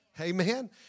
Amen